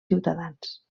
ciutadans